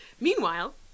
meanwhile